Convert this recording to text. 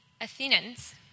Athenians